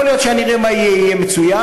יכול להיות שהנראה-מה-יהיה יהיה מצוין,